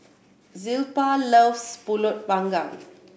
Zilpha loves Pulut Panggang